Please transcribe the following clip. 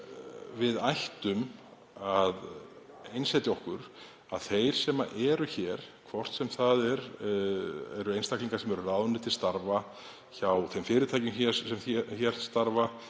við ættum að einsetja okkur að þeir sem eru hér, hvort sem það eru einstaklingar sem eru ráðnir til starfa hjá þeim fyrirtækjum sem hér starfa